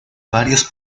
varios